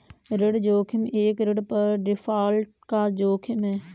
ऋण जोखिम एक ऋण पर डिफ़ॉल्ट का जोखिम है